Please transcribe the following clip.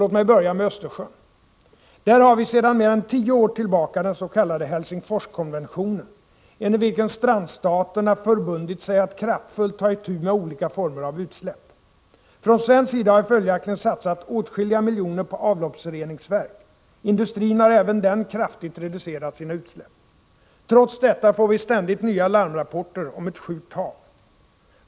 Låt mig börja med Östersjön: Där har vi sedan mer än tio år tillbaka den s.k. Helsingforskonventionen, enligt vilken strandstaterna förbundit sig att kraftfullt ta itu med olika former av utsläpp. Från svensk sida har vi följaktligen satsat åtskilliga miljoner på avloppsreningsverk. Industrin har även den kraftigt reducerat sina utsläpp. Trots detta får vi ständigt nya larmrapporter om ett sjukt hav.